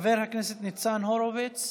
חבר הכנסת ניצן הורביץ,